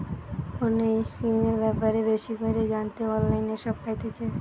কোনো স্কিমের ব্যাপারে বেশি কইরে জানতে অনলাইনে সব পাইতেছে